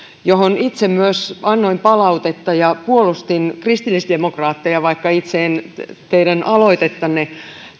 johon itse myös annoin palautetta ja puolustin kristillisdemokraatteja vaikka itse en teidän aloitettanne